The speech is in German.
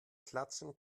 klatschen